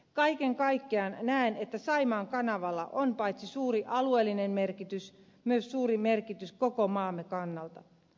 kaiken kaikkiaan näen että saimaan kanavalla on paitsi suuri alueellinen merkitys myös suuri merkitys koko maamme kannalta